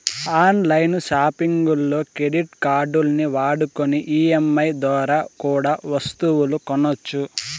on line సాపింగుల్లో credit కార్డుల్ని వాడుకొని ఈ.ఎం.ఐ దోరా కూడా ఒస్తువులు కొనొచ్చు